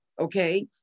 Okay